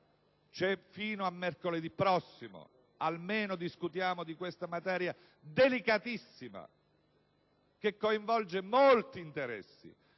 fino a mercoledì prossimo? Almeno discutiamo di questa materia delicatissima, che coinvolge molti interessi.